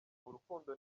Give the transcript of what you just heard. urukundo